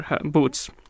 boots